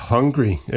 Hungry